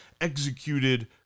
executed